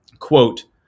Quote